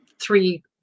three